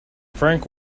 frank